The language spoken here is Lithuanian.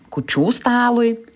kūčių stalui